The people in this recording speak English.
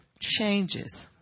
changes